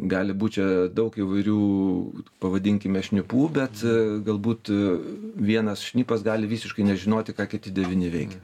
gali būt čia daug įvairių pavadinkime šnipų bet galbūt vienas šnipas gali visiškai nežinoti ką kiti devyni veikia